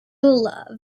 love